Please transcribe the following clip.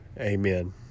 Amen